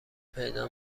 پیدا